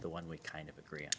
the one we kind of agree